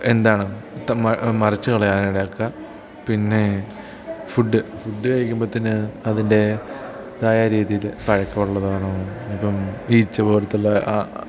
എന്താണ് മറിച്ചു കളയാനിടയാക്കാൻ പിന്നെ ഫുഡ് ഫുഡ് കഴിക്കുമ്പത്തിന് അതിൻ്റെ ഇതായ രീതിയിൽ പഴക്കമുള്ളതാണോ ഇപ്പം ഈച്ച പോലത്തുള്ള ആ